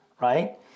right